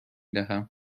دهم